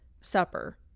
supper